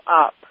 up